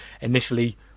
initially